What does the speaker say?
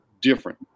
different